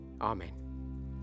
Amen